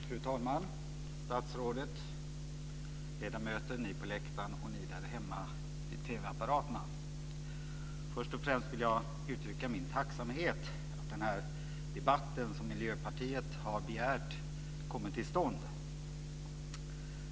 Fru talman, statsrådet, ledamöter, ni på läktaren och ni där hemma vid TV-apparaterna! Först och främst vill jag uttrycka min tacksamhet för att den här debatten, som Miljöpartiet har begärt, kommit till stånd.